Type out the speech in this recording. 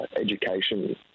education